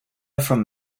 from